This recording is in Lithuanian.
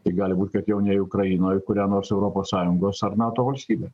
tai gali būt kad jau ne ukrainoj kurią nors europos sąjungos ar nato valstybę